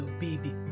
baby